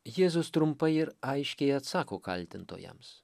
jėzus trumpai ir aiškiai atsako kaltintojams